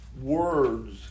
words